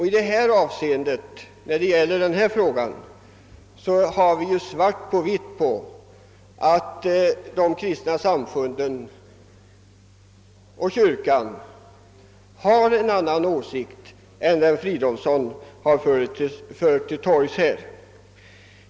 I denna fråga har vi nämligen svart på vitt på att de kristna samfunden och kyrkan har en annan åsikt än den herr Fridolfsson i Stockholm har fört till torgs.